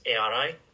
ARI